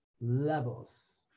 levels